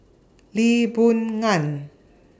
Lee Boon Ngan